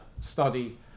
study